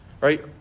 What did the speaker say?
right